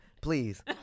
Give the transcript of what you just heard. Please